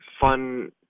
fun